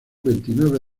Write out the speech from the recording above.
veintinueve